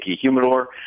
humidor